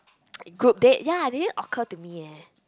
group date yea it didn't occurr to me eh